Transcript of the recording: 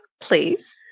please